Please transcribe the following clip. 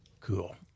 Cool